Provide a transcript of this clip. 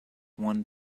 won